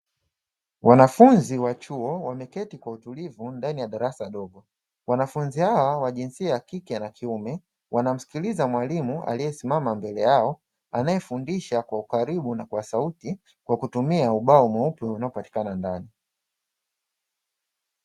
Wanafunzi wa chuo wamekati kwa utulivu ndani ya darasa dogo. Wanafunzi hao wa jinsia ya kike na kiume, wanamsikiliza mwalimu aliyesimama mbele yao anayefundisha kwa ukarimu na kwa sauti, kwa kutumia ubao mweupe unaopatikana ndani.